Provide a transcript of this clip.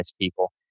people